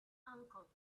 uncle